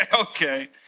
okay